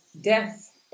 death